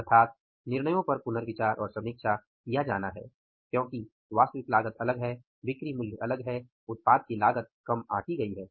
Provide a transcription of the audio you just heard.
अर्थात निर्णयों पर पुनर्विचार और समीक्षा किया जाना है क्योंकि वास्तविक लागत अलग है बिक्री मूल्य अलग है उत्पाद की लागत कम आंकी गई है